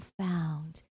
found